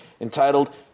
entitled